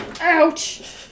Ouch